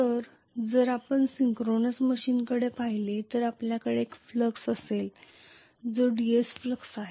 तर जर आपण सिंक्रोनस मशीनकडे पाहिले तर आपल्याकडे एक फ्लक्स असेल जो DC फ्लक्स आहे